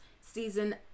season